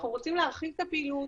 אנחנו רוצים להרחיב את הפעילות,